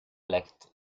elect